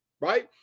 right